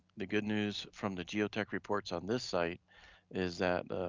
the good news from the geotech reports on this site is that